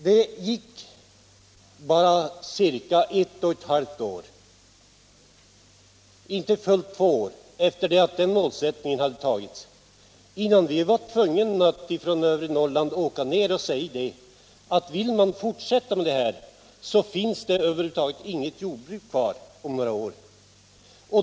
Det gick inte fullt två år efter det att denna målsättning hade antagits förrän vi var tvungna att resa ned från övre Norrland och säga, att om man fortsätter att arbeta efter denna målsättning så finns dei över huvud taget inget jordbruk kvar om några år.